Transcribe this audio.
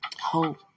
hope